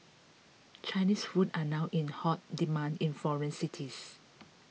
Chinese food are now in hot demand in foreign cities